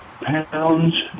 pounds